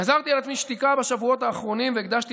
גזרתי על עצמי שתיקה בשבועות האחרונים והקדשתי